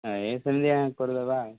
ହେଇ ସେମିତିଆ କରିଦେବା ଆଉ